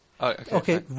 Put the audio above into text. Okay